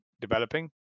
developing